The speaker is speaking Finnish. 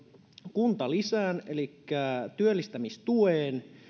kuntalisän elikkä työllistämistuen